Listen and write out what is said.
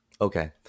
Okay